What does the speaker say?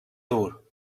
dur